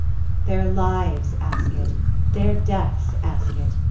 their lives ask it their deaths ask it.